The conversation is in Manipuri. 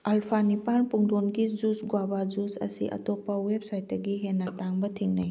ꯑꯜꯐꯥ ꯅꯤꯄꯥꯜ ꯄꯨꯡꯗꯣꯟꯒꯤ ꯖꯨꯁ ꯒ꯭ꯋꯥꯚꯥ ꯖꯨꯁ ꯑꯁꯤ ꯑꯇꯣꯞꯄ ꯋꯦꯕ ꯁꯥꯏꯠꯇꯒꯤ ꯍꯦꯟꯅ ꯇꯥꯡꯕ ꯊꯦꯡꯅꯩ